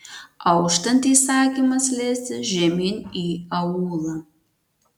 auštant įsakymas leistis žemyn į aūlą